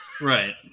Right